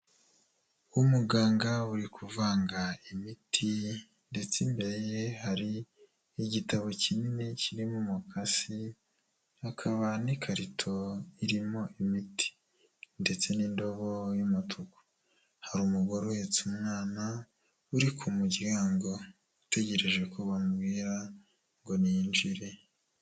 Umuganga uri kuvanga imiti ndetse imbere ye hari igitabo kinini kirimo umukasi hakaba n'ikarito irimo imiti, ndetse n'indobo y'umutuku hari umugore uhetse umwana uri ku muryango utegereje ko bamumbwira ngo niyinjire.